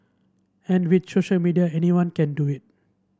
and with social media anyone can do it